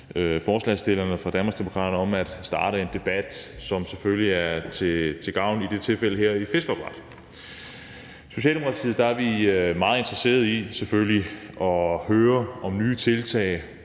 forslagsstillerne fra Danmarksdemokraterne for at starte en debat, som i det her tilfælde handler om fiskeopdræt. I Socialdemokratiet er vi meget interesserede i at høre om nye tiltag,